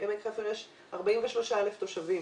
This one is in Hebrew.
בעמק חפר יש 43,000 תושבים,